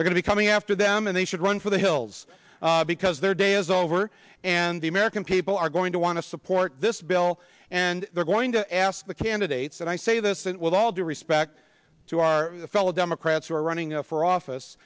we're going to coming after them and they should run for the hills because their day is over and the american people are going to want to support this bill and they're going to ask the candidates and i say this with all due respect to our fellow democrats who are running for office